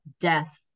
death